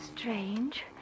Strange